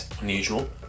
unusual